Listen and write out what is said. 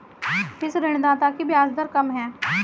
किस ऋणदाता की ब्याज दर कम है?